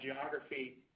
geography